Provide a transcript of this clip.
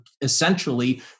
essentially